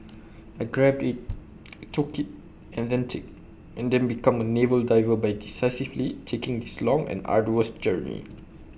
I grabbed IT I took IT and then IT then became A naval diver by decisively taking this long and arduous journey